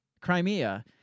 Crimea